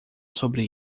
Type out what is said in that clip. sobre